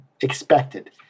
expected